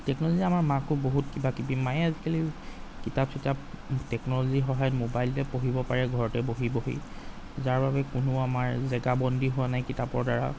টেকনল'জিয়ে আমাৰ মাকো বহুত কিবা কিবি মায়ে আজিকালি কিতাপ চিতাপ টেকনল'জিৰ সহায়ত ম'বাইলতে পঢ়িব পাৰে ঘৰতে বহি বহি যাৰ বাবে কোনো আমাৰ জেগা বন্দী হোৱা নাই কিতাপৰদ্বাৰা